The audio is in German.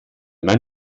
mein